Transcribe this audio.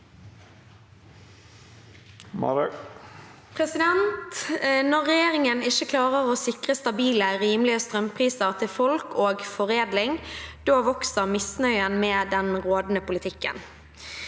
«Når regjeringen ikke klarer å sikre stabile, rimelige strømpriser til folk og foredling, vokser misnøyen med den rådende politikken.